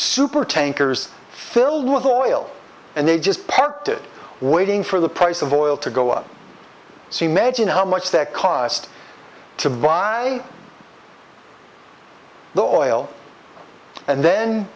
super tankers filled with oil and they just parked it waiting for the price of oil to go up see magine how much that cost to buy the oil and then